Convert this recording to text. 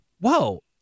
whoa